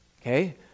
Okay